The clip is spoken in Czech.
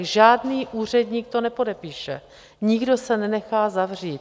Žádný úředník to nepodepíše, nikdo se nenechá zavřít.